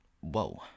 whoa